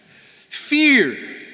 fear